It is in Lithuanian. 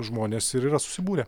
žmonės ir yra susibūrę